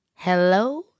Hello